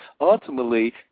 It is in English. Ultimately